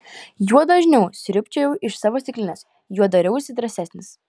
juo dažniau sriubčiojau iš savo stiklinės juo dariausi drąsesnis